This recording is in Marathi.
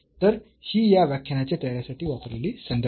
तर ही या व्याख्यानाच्या तयारीसाठी वापरलेली संदर्भ आहेत